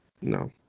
no